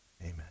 Amen